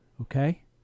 Okay